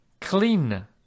clean